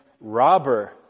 Robber